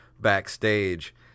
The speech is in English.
backstage